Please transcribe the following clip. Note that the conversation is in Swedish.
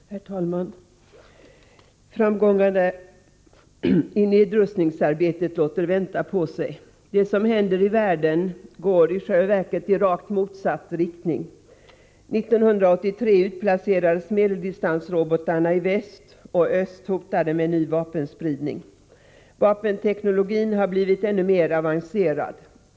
Herr talman! Framgångarna i nedrustningsarbetet låter vänta på sig. Utvecklingen i världen går i själva verket i rakt motsatt riktning. År 1983 utplacerades medeldistansrobotarna i väst, och öst hotade med ny vapenspridning. Vapenteknologin har blivit ännu mer avancerad.